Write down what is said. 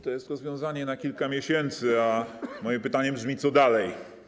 To jest rozwiązanie na kilka miesięcy, a moje pytanie brzmi: Co dalej?